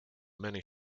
many